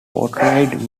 portrayed